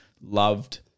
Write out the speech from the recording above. Loved